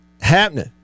happening